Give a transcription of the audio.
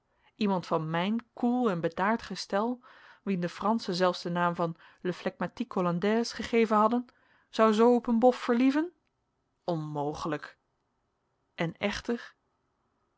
iemand van mijn koel en bedaard gestel wien de franschen zelfs den naam van le phlegmatique hollandais gegeven hadden zou zoo op een bof verlieven onmogelijk en echter